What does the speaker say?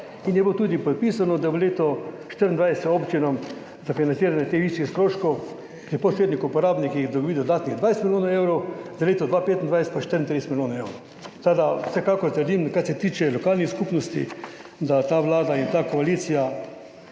In je bilo tudi predpisano, da v letu 2024 občine za financiranje teh višjih stroškov pri posrednih uporabnikih dobijo dodatnih 20 milijonov evrov, za leto 2025 pa 34 milijonov evrov. Vsekakor trdim, kar se tiče lokalnih skupnosti, da ta vlada in ta koalicija